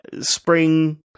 spring